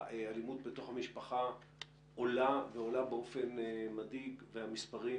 האלימות בתוך המשפחה עולה ועולה באופן מדאיג והמספרים